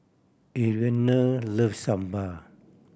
Arianna loves sambal